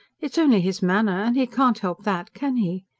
it's only his manner. and he can't help that, can he?